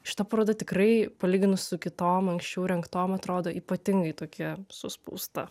šita paroda tikrai palyginus su kitom anksčiau rengtom atrodo ypatingai tokia suspausta